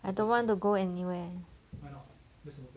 I don't want to go anywhere